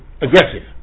aggressive